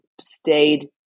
stayed